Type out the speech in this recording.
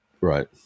Right